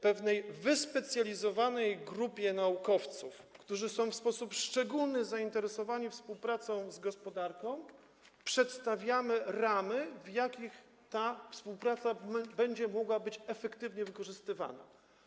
Pewnej wyspecjalizowanej grupie naukowców, którzy są w sposób szczególny zainteresowani współpracą z gospodarką, przedstawiamy ramy, w jakich ta współpraca będzie mogła być efektywnie wykorzystywana.